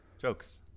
jokes